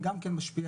היא גם כן משפיעה.